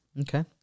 okay